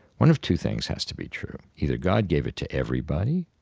one of two things has to be true either god gave it to everybody,